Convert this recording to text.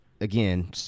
again